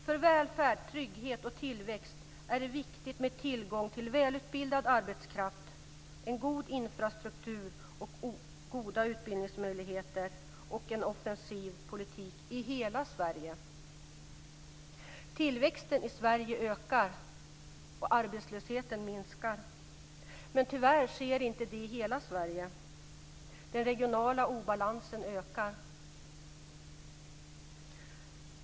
För välfärd, trygghet och tillväxt är det viktigt med tillgång till välutbildad arbetskraft, en god infrastruktur och goda utbildningsmöjligheter och en offensiv politik i hela Sverige. Tillväxten i Sverige ökar och arbetslösheten minskar. Men tyvärr sker inte det i hela Sverige. Den regionala obalansen ökar.